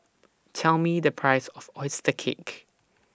Tell Me The Price of Oyster Cake